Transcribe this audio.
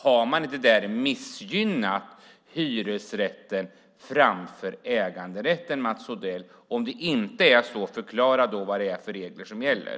Har man inte missgynnat hyresrätten i förhållande till äganderätten? Om det inte är så, förklara vilka regler som gäller.